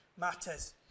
matters